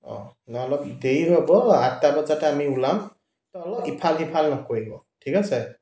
অঁ নহ'লে অলপ দেৰি হ'ব আঠটা বজাতে আমি ওলাম তহ অলপ ইফাল সিফাল নকৰিব ঠিক আছে